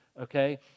okay